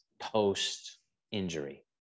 post-injury